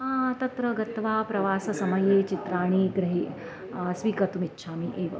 तत्र गत्वा प्रवास समये चित्राणि गृहि स्वीकर्तुम् इच्छामि एव